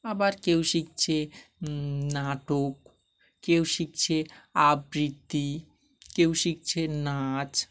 আবার কেউ শিখছে নাটক কেউ শিখছে আবৃত্তি কেউ শিখছে নাচ